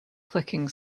clicking